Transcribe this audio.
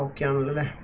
can and